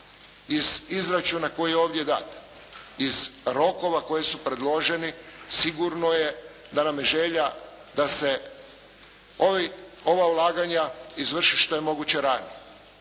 Iz izračuna koji je ovdje dat, iz rokova koji su predloženi sigurno je da nam je želja da se ovi, ova ulaganja izvrše što je moguće ranije.